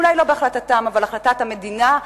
אולי לא בהחלטתם אבל בהחלטת המדינה,